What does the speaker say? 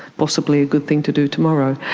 possibly a good thing to do tomorrow.